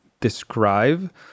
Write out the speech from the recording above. describe